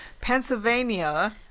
pennsylvania